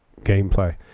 gameplay